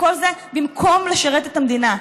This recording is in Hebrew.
וכל זה במקום לשרת את המדינה.